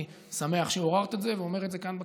אני שמח שעוררת את זה, ואומר את זה כאן בכנסת.